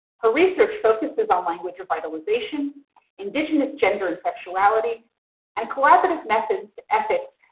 her research focuses on language revitalization indigenous gender and sexuality and collaborative methods, ethics,